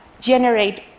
generate